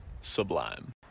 sublime